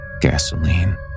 gasoline